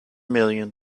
million